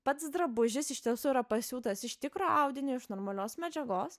pats drabužis iš tiesų yra pasiūtas iš tikro audinio iš normalios medžiagos